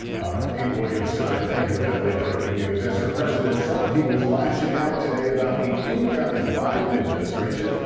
all right. pete williams, thank you with that late breaking news. as for president trump he was lashing out today about the incoming biden administration.